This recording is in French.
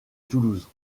toulouse